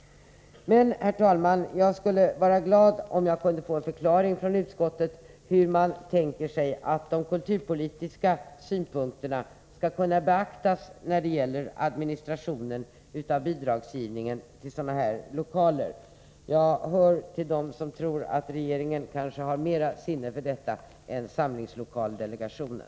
Herr talman! Jag skulle vara glad om jag kunde få en förklaring från utskottet, hur man tänker sig att de kulturpolitiska synpunkterna skall kunna beaktas när det gäller administrationen av bidragsgivningen till sådana här lokaler. Jag hör till dem som tror att regeringen kanske har mera sinne för detta än samlingslokaldelegationen.